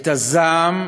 את הזעם,